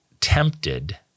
tempted